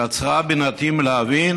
קצרה בינתי מלהבין